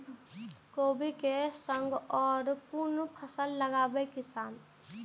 कोबी कै संग और कुन फसल लगावे किसान?